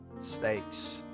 stakes